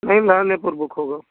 नहीं पर बुक होगा